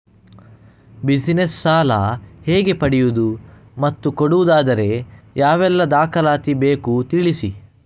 Business ಸಾಲ ಹೇಗೆ ಪಡೆಯುವುದು ಮತ್ತು ಕೊಡುವುದಾದರೆ ಯಾವೆಲ್ಲ ದಾಖಲಾತಿ ಬೇಕು ತಿಳಿಸಿ?